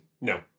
No